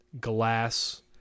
Glass